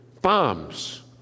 bombs